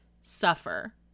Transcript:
suffer